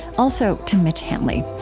also to mitch hanley